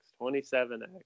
27x